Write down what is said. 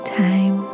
time